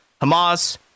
Hamas